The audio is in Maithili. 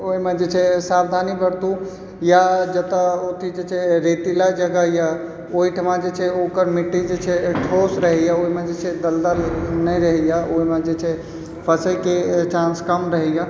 ओहिमे जे छै सावधानी बरतू या जतय अथी जे छै रेतीला जगह यए ओहिठिमा जे छै ओकर मिट्टी जे छै ठोस रहैए ओहिमे जे छै दलदल नहि रहैए ओहिमे जे छै फँसैके चांस कम रहैए